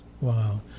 Wow